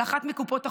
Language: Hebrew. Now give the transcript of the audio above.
של אחת מקופות החולים.